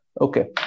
Okay